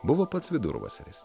buvo pats vidurvasaris